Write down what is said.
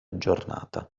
giornata